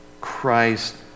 Christ